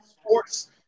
sports